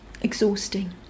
exhausting